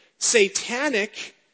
satanic